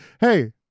Hey